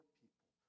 people